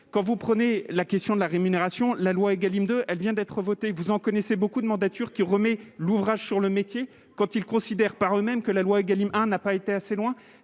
quand vous prenez la question de la rémunération, la loi Egalim 2, elle vient d'être votée, vous en connaissez beaucoup de mandature qui remet l'ouvrage sur le métier, quand il considère par eux-mêmes que la loi Egalim a n'a pas été assez loin,